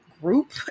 group